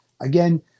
Again